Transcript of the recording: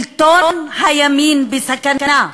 שלטון הימין בסכנה,